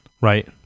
right